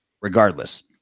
regardless